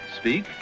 speak